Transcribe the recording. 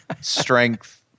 strength